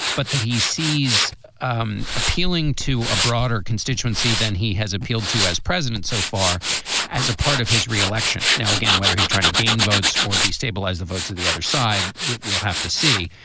but that he sees um appealing to a broader constituency than he has appealed to as president so far as a part of his re-election. now, again, whether he's trying to gain votes or destabilise the votes of the other side. we'll we'll have to see.